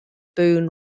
boon